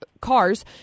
cars